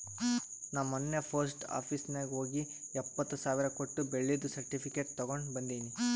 ನಾ ಮೊನ್ನೆ post office ನಾಗ್ ಹೋಗಿ ಎಪ್ಪತ್ ಸಾವಿರ್ ಕೊಟ್ಟು ಬೆಳ್ಳಿದು ಸರ್ಟಿಫಿಕೇಟ್ ತಗೊಂಡ್ ಬಂದಿನಿ